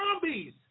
zombies